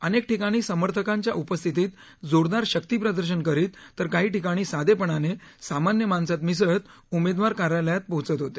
अनेक ठिकाणी समर्थकांच्या उपस्थितीत जोरदार शक्तीप्रदर्शन करीत तर काही ठिकाणी साधेपणाने सामान्य माणसात मिसळत उमेदवार कार्यालयात पोहोचत होते